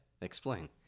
explain